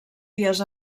dies